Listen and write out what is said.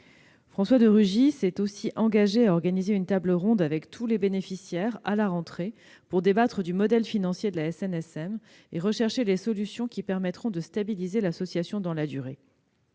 François de Rugy s'est aussi engagé à organiser une table ronde avec tous les bénéficiaires à la rentrée pour débattre du modèle financier de la SNSM et rechercher les solutions qui permettront de stabiliser l'association dans la durée.